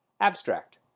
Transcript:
Abstract